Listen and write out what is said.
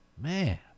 Man